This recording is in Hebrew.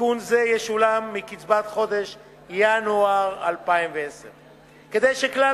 עדכון זה ישולם מקצבת חודש ינואר 2010. כדי שכלל